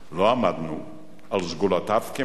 לא עמדנו על סגולותיו כמנהיג,